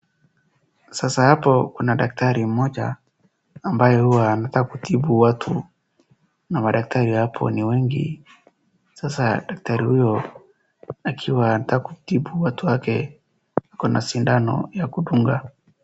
Sasa hapo kuna daktari mmoja ambaye huwa anataka kutibu watu, na madaktari hapo ni wengi. Sasa daktari huyo akiwa anataka kutibu watu wake akona sindano ya kudunga.